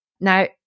now